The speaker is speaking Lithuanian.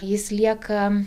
jis lieka